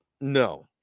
No